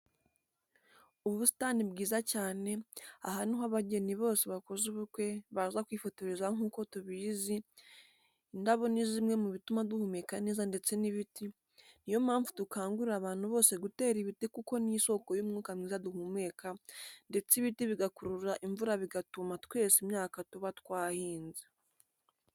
Ubusitani bwiza cyane, aha niho abageni bose bakoze ubukwe baza kwifotoreza nk'uko tubizi indabo ni zimwe mu bituma duhumeka neza ndetse n'ibiti, ni yo mpamvu dukangurira abantu bose gutera ibiti kuko ni isoko y'umwuka mwiza duhumeka ndetse ibiti bigakurura imvura bigatuma tweza imyaka tuba twahinze.